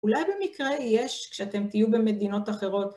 ‫אולי במקרה יש, ‫כשאתם תהיו במדינות אחרות...